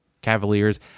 Cavaliers